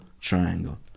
triangle